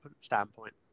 standpoint